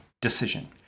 decision